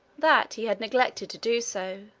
that he had neglected to do so,